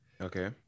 okay